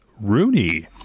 Rooney